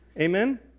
Amen